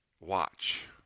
Watch